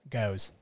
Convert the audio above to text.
goes